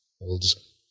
holds